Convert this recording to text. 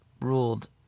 ruled